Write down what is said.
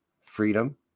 freedom